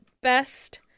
best